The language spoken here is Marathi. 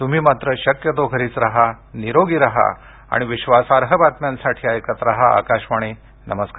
तुम्ही मात्र शक्यतो घरीच राहा निरोगी राहा आणि विश्वासार्ह बातम्यांसाठी ऐकत राहा आकाशवाणी नमस्कार